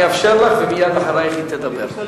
אני אאפשר לך, ומייד אחרייך היא תדבר.